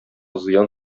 зыян